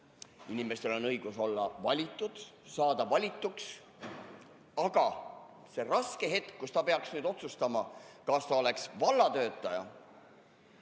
inimestel on õigus olla valitud, saada valituks. Aga see raske hetk, kus ta peaks otsustama, kas ta oleks vallatöötaja